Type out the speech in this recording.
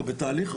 אנחנו בתהליך.